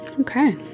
okay